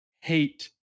hate